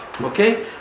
Okay